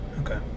Okay